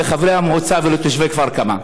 לחברי המועצה ולתושבי כפר-כמא.